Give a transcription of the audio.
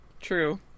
true